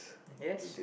yes